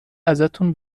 ازتون